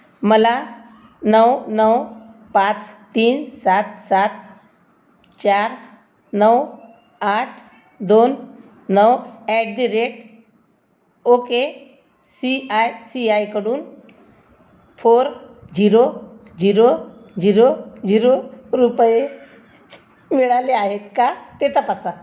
मला नऊ नऊ पाच तीन सात सात चार नऊ आठ दोन नऊ at the rate okay C I C आयकडून four zero zero zero zero रुपये मिळाले आहेत का ते तपासा